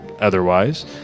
otherwise